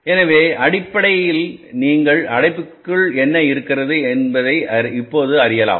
எனவேஅடிப்படை நீங்கள் அடைப்புக்குள் என்ன இருக்கிறது அறியலாம்